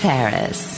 Paris